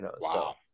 Wow